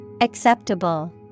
Acceptable